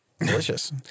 delicious